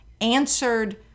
answered